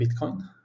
Bitcoin